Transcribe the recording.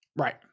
right